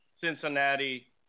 Cincinnati